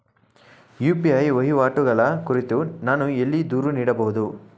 UPI ವಹಿವಾಟುಗಳ ಕುರಿತು ನಾನು ಎಲ್ಲಿ ದೂರು ನೀಡಬಹುದು?